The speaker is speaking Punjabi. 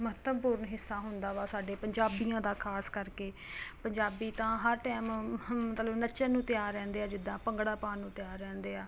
ਮਹੱਤਵਪੂਰਨ ਹਿੱਸਾ ਹੁੰਦਾ ਵਾ ਸਾਡੇ ਪੰਜਾਬੀਆਂ ਦਾ ਖ਼ਾਸ ਕਰਕੇ ਪੰਜਾਬੀ ਤਾਂ ਹਰ ਟਾਈਮ ਹਮ ਮਤਲਬ ਨੱਚਣ ਨੂੰ ਤਿਆਰ ਰਹਿੰਦੇ ਆ ਜਿੱਦਾਂ ਭੰਗੜਾ ਪਾਉਣ ਨੂੰ ਤਿਆਰ ਰਹਿੰਦੇ ਆ